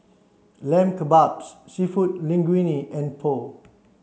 Lamb Kebabs Seafood Linguine and Pho